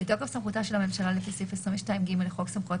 בתוקף סמכותה של הממשלה לפי סעיף 22ג לחוק סמכויות